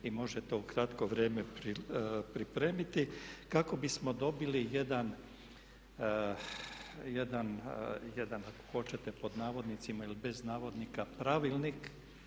i može to u kratko vrijeme pripremiti kako bismo dobili jedan ako hoćete pod navodnicima ili bez navodnika pravilnik